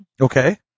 Okay